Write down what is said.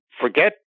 forget